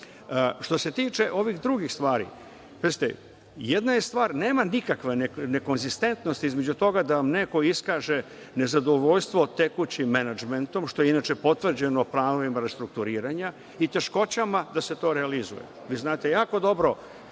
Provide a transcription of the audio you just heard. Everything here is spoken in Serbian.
se tiče ovih drugih stvari, jedna je stvar, nema nikakve nekonzistentnosti između toga da vam neko iskaže nezadovoljstvo tekućim menadžmentom, što je inače potvrđeno planovima restrukturiranja i teškoćama da se to realizuje.